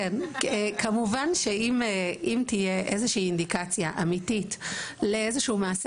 כמובן שאם תהיה איזה שהיא אינדיקציה אמיתית לאיזה שהוא מעשה